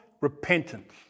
Repentance